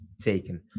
taken